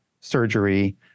surgery